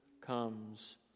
comes